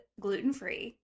gluten-free